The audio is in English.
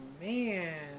man